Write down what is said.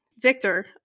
Victor